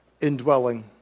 indwelling